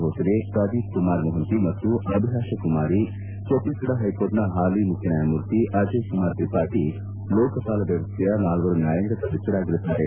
ಭೋಸಲೆ ಪ್ರದೀಪ್ ಕುಮಾರ್ ಮೊಹಂತಿ ಮತ್ತು ಅಭಿಲಾಪ ಕುಮಾರಿ ಛತ್ತೀಸ್ಫಡ ಹೈಕೋರ್ಟ್ನ ಹಾಲಿ ಮುಖ್ಯನ್ಡಾಯಮೂರ್ತಿ ಅಜಯ್ ಕುಮಾರ್ ತ್ರಿಪಾಠಿ ಲೋಕಪಾಲ ವ್ಯವಸ್ಥೆಯ ನಾಲ್ವರು ನ್ಯಾಯಾಂಗ ಸದಸ್ಯರಾಗಿರುತ್ತಾರೆ